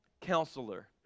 Counselor